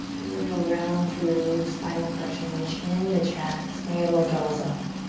then you'll round through spinal flexion, chin to chest, navel draws up.